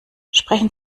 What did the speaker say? sprechen